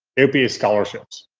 aopa scholarships.